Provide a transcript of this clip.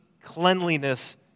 cleanliness